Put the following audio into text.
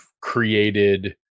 created